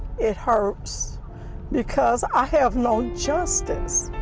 it hurts because i have no justice.